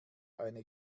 eine